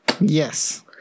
Yes